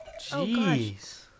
jeez